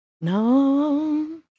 No